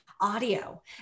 audio